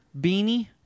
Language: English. Beanie